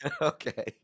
Okay